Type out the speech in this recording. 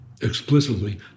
explicitly